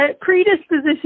predisposition